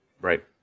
Right